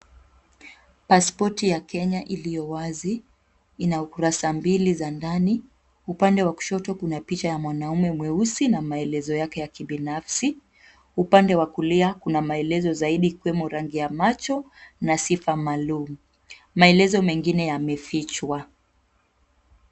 Pasipoti ya Kenya iliyo wazi ina ukurasa mbili za ndani. Upande wa kushoto kuna picha ya mwanamume mweusi na maelezo yake ya kibinafsi. Upande wa kulia kuna maelezo zaidi ikiwemo rangi ya macho na sifa maalum, maelezo mengine yamefichwa.